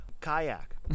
kayak